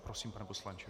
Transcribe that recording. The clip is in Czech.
Prosím, pane poslanče.